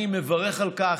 אני מברך על כך.